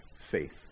faith